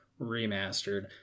remastered